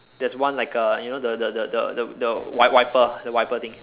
there's one like a you know the the the the the the wipe~ wiper the wiper thing